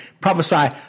prophesy